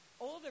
Older